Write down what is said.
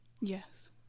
Yes